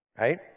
Right